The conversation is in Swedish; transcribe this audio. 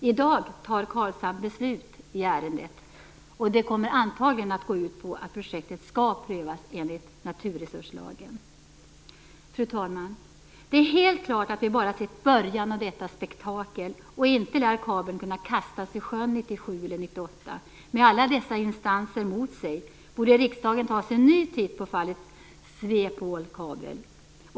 I dag fattar Karlshamn beslut i ärendet, vilket antagligen kommer att gå ut på att projektet skall prövas enligt naturresurslagen. Fru talman! Det är helt klart att vi bara har sett början av detta spektakel, och inte lär kabeln kunna kastas i sjön 1997 eller 1998. Med alla dessa instanser emot sig borde riksdagen ta sig en ny titt på fallet Swepol kabel.